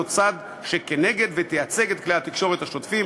צד שכנגד ותייצג את כלי התקשורת השוטפים.